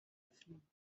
öffnen